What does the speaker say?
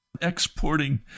exporting